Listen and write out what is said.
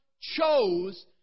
chose